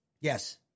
Yes